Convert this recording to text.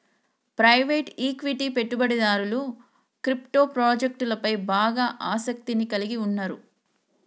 private equity పెట్టుబడిదారులు crypto ప్రాజెక్టులపై బాగా ఆసక్తిని కలిగి ఉన్నరు